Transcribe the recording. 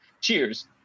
Cheers